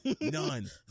None